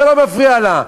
זה לא מפריע לה.